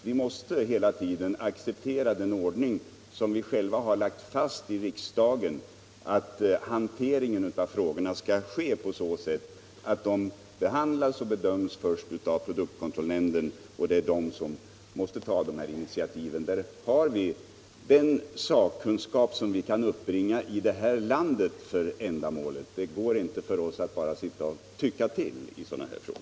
Vi måste hela tiden acceptera den ordning som vi själva har lagt fast i riksdagen, att hanteringen av dessa frågor skall ske på så sätt, att de först behandlas och bedöms av produktkontrollnämnden. Där har vi den sakkunskap som vi kan uppbringa i det här landet för ändamålet. Det går inte för oss att bara sitta och tycka till i sådana här frågor.